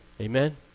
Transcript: Amen